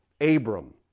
Abram